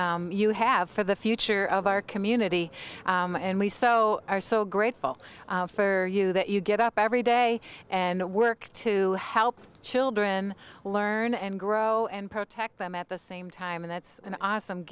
you have for the future of our community and we so are so grateful for you that you get up every day and work to help children learn and grow and protect them at the same time and that's an awesome